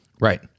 Right